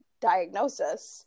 diagnosis